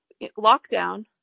lockdown